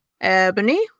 Ebony